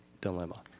dilemma